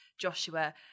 Joshua